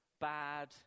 bad